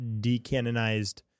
decanonized